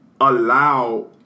allow